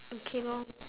okay lor